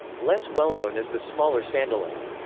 less well-known is the smaller sandolo.